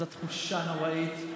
זו תחושה נוראית,